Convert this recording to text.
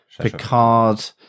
Picard